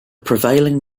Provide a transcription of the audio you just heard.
prevailing